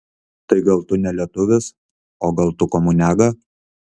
tai gal tu ne lietuvis o gal tu komuniaga